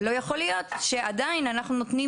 ולא יכול להיות שעדיין אנחנו נותנים